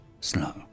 slow